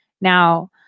Now